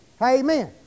Amen